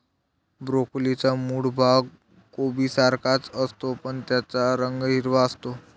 ब्रोकोलीचा मूळ भाग कोबीसारखाच असतो, पण त्याचा रंग हिरवा असतो